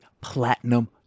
platinum